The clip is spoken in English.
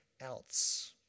else